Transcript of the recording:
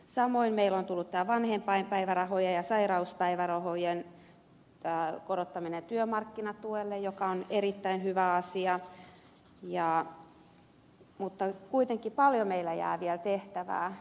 samoin meille on tullut tämä vanhempainpäivärahojen ja sairauspäivärahojen korottaminen työmarkkinatuelle joka on erittäin hyvä asia mutta kuitenkin paljon meille jää vielä tehtävää